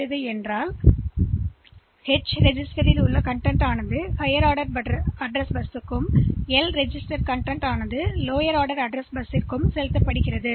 மீண்டும் இந்த எச்அதே விஷயம் ரெஜிஸ்டர்உள்ளடக்கம் உயர் வரிசை முகவரி பஸ்ஸில் வைக்கப்பட்ட எல் ரெஜிஸ்டர்உள்ளடக்கம் லோயர் ஆர்டர் பஸ்ஸில் வைக்கப்படுகிறது